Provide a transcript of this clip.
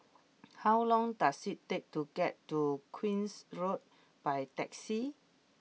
how long does it take to get to Queen's Road by taxi